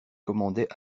commandait